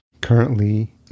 Currently